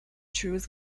choose